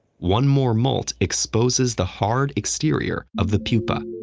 one more molt exposes the hard exterior of the pupa.